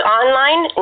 online